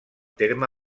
terme